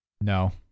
No